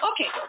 Okay